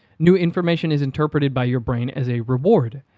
new information is interpreted by your brain as a reward,